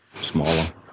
smaller